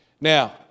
Now